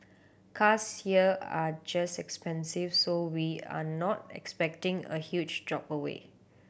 cars here are just expensive so we are not expecting a huge drop away